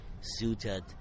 suited